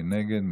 מי נגד?